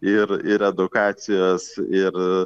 ir ir edukacijos ir